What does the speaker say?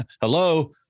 hello